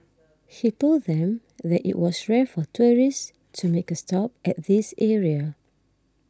he told them that it was rare for tourists to make a stop at this area